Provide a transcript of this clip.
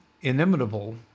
inimitable